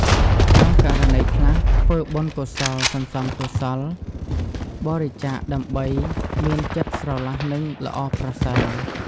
ក្នុងករណីខ្លះ ធ្វើបុណ្យកុសលសន្សំកុសល បរិច្ចាគដើម្បីមានចិត្តស្រឡះនិងល្អប្រសើរ។